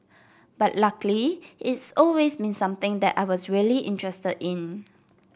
but luckily it's always been something that I was really interested in